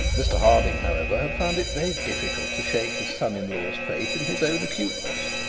mr harding, however, had found it very difficult to shake his son-in-law's faith in his own acuteness.